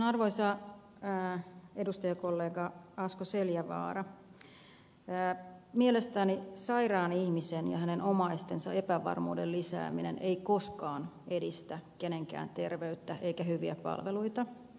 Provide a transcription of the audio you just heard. sitten arvoisa edustajakollega asko seljavaara mielestäni sairaan ihmisen ja hänen omaistensa epävarmuuden lisääminen ei koskaan edistä kenenkään terveyttä eikä hyviä palveluita